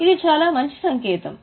ఇది చాలా మంచి సంకేతం